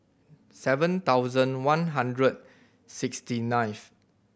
seven thousand one hundred sixty ninth